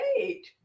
great